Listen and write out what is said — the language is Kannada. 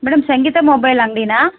madam Sangeeta mobile ಅಂಗಡೀನಾ